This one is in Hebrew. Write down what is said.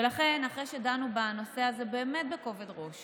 ולכן, אחרי שדנו בנושא הזה באמת בכובד ראש